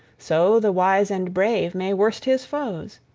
so the wise-and-brave may worst his foes,